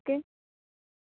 okay